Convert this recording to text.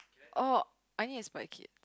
oh I need a Spy Kid